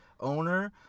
owner